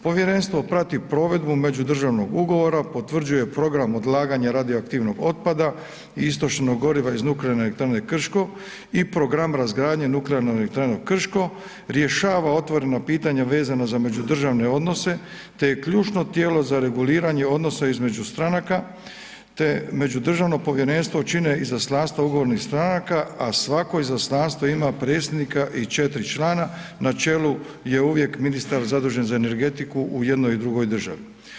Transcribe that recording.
Povjerenstvo prati provedbu međudržavnog ugovora, potvrđuje program odlaganja radioaktivnog otpada i istrošenog goriva iz Nuklearne elektrane Krško i program razgradnje Nuklearne elektrane Krško, rješava otvorena pitanja vezano za međudržavne odnose te je ključno tijelo za reguliranje odnosa između stranka te međudržavno povjerenstvo čine izaslanstva ugovornih stranaka, a svako izaslanstvo ima predsjednika i 4 člana, na čelu je uvijek ministar zadužen za energetiku u jednoj i drugoj državi.